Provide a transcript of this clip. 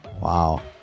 Wow